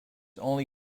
only